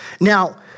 Now